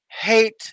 hate